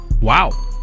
Wow